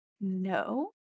No